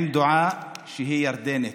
עם דואה, שהיא ירדנית,